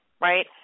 Right